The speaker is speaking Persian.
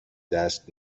دست